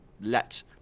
let